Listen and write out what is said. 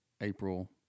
April